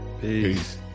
Peace